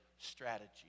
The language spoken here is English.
strategy